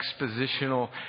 expositional